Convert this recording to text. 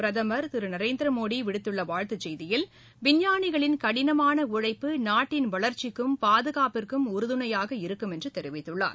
பிரதமர் திரு நரேந்திர மோடி விடுத்துள்ள வாழ்த்துச் செய்தியில் விஞ்ஞானிகளின் கடினமான உழைப்பு நாட்டின் வளர்ச்சிக்கும் பாதுகாப்பிற்கும் உறுதுணையாக இருக்கும் என்று தெரிவித்துள்ளார்